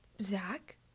Zach